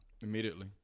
Immediately